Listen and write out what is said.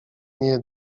nie